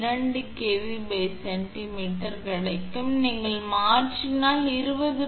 2 kVcm கிடைக்கும் எனவே நீங்கள் மாற்றினால் 20